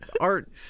art